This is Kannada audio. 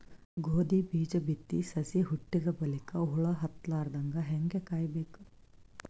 ಗೋಧಿ ಬೀಜ ಬಿತ್ತಿ ಸಸಿ ಹುಟ್ಟಿದ ಬಲಿಕ ಹುಳ ಹತ್ತಲಾರದಂಗ ಹೇಂಗ ಕಾಯಬೇಕು?